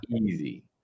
Easy